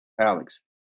Alex